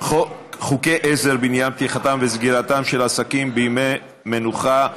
(חוקי עזר בעניין פתיחתם וסגירתם של עסקים בימי מנוחה),